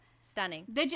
Stunning